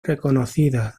reconocidas